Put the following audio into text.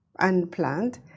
unplanned